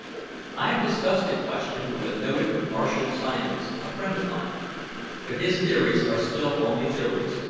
i have discussed the question with a noted martian scientist, a friend of mine but his theories are still only theories.